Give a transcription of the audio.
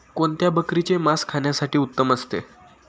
कोणत्या बकरीचे मास खाण्यासाठी उत्तम असते?